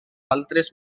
altres